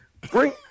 Bring